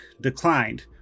declined